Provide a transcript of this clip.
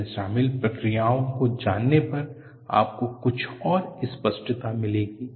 इसमें शामिल प्रक्रियाओं की जानने पर आपको कुछ और स्पष्टता मिलेगी